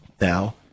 now